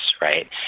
right